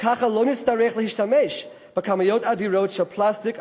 וככה לא נצטרך להשתמש בכמויות אדירות של פלסטיק,